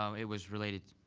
um it was related,